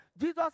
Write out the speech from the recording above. Jesus